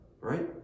right